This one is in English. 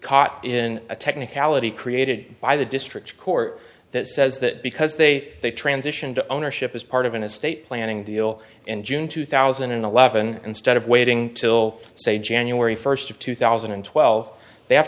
caught in a technicality created by the district court that says that because they they transition to ownership as part of an estate planning deal in june two thousand and eleven instead of waiting till say january first of two thousand and twelve they have